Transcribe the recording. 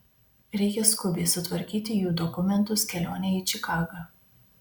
reikia skubiai sutvarkyti jų dokumentus kelionei į čikagą